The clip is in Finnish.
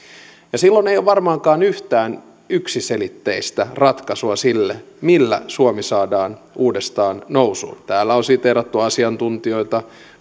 silloin ei ole varmaankaan yhtään yksiselitteistä ratkaisua sille millä suomi saadaan uudestaan nousuun täällä on siteerattu asiantuntijoita